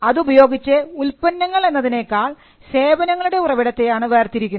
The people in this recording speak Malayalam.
അതുപയോഗിച്ച് ഉൽപ്പന്നങ്ങൾ എന്നതിനേക്കാൾ സേവനങ്ങളുടെ ഉറവിടത്തെയാണ് വേർതിരിക്കുന്നത്